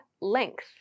length